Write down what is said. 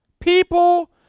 People